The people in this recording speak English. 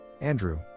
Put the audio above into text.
Andrew